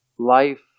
Life